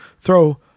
throw